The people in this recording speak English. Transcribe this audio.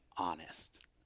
honest